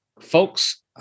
folks